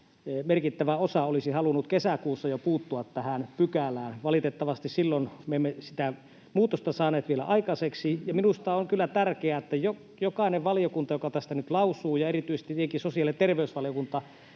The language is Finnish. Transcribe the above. merkittävä osa olisi halunnut jo kesäkuussa puuttua tähän pykälään. [Sari Sarkomaa: Ja iso osa ministereistä!] Valitettavasti silloin me emme sitä muutosta saaneet vielä aikaiseksi. Ja minusta on kyllä tärkeää, että jokainen valiokunta, joka tästä nyt lausuu, erityisesti tietenkin sosiaali- ja terveysvaliokunta,